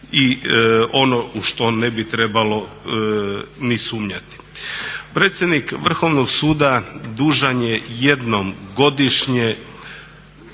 i ono u što ne bi trebalo ni sumnjati. Predsjednik Vrhovnog suda dužan je jednom godišnje